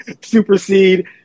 supersede